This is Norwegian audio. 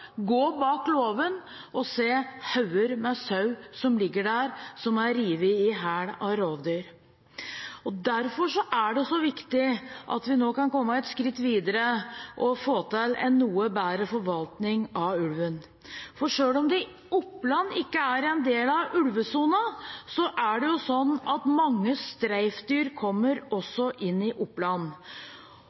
gå bak låven og se hauger med sau som ligger der, som er revet i hjel av rovdyr. Derfor er det så viktig at vi nå kan komme et skritt videre og få til en noe bedre forvaltning av ulven. Selv om Oppland ikke er en del av ulvesonen, er det sånn at mange streifdyr kommer inn også i Oppland, og analysene av de ulvene som er tatt i Oppland,